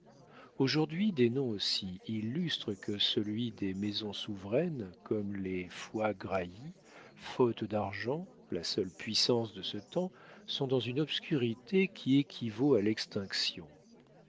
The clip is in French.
aujourd'hui des noms aussi illustres que celui des maisons souveraines comme les foix grailly faute d'argent la seule puissance de ce temps sont dans une obscurité qui équivaut à l'extinction